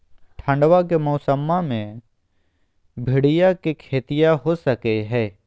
ठंडबा के मौसमा मे भिंडया के खेतीया हो सकये है?